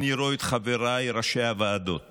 אני רואה את חבריי, ראשי הוועדות,